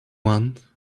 want